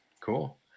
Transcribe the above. Cool